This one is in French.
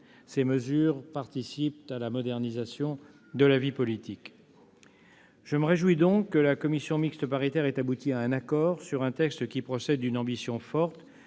Ces mesures participent à la modernisation de la vie politique. Je me réjouis donc que la commission mixte paritaire ait abouti à un accord sur un texte qui procède d'une ambition forte,